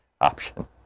Option